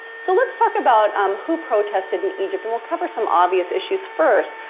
so, let's talk about um who protested in egypt and we'll cover some obvious issues first.